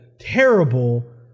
terrible